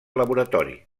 laboratori